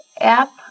app